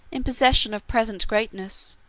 in possession of present greatness,